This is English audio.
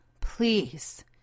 please